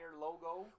logo